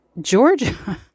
Georgia